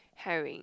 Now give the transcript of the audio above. herring